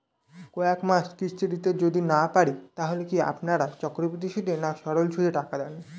কয়েক মাস কিস্তি দিতে যদি না পারি তাহলে কি আপনারা চক্রবৃদ্ধি সুদে না সরল সুদে টাকা দেন?